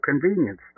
convenience